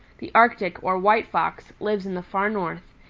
the arctic, or white fox, lives in the far north,